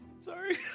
Sorry